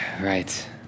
Right